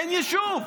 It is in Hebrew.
אין יישוב.